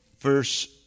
verse